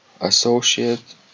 associate